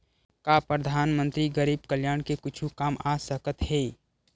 का परधानमंतरी गरीब कल्याण के कुछु काम आ सकत हे